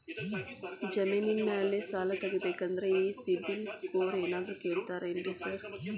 ಜಮೇನಿನ ಮ್ಯಾಲೆ ಸಾಲ ತಗಬೇಕಂದ್ರೆ ಈ ಸಿಬಿಲ್ ಸ್ಕೋರ್ ಏನಾದ್ರ ಕೇಳ್ತಾರ್ ಏನ್ರಿ ಸಾರ್?